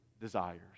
desires